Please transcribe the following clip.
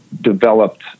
developed